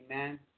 Amen